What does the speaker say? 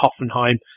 Hoffenheim